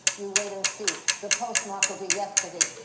you wait and see. the postmark will be yesterday,